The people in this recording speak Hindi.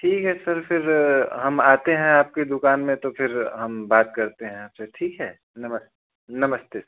ठीक है सर फिर हम आते हैं आपकी दुकान में तो फिर हम बात करते हैं आप से ठीक है नमस् नमस्ते सर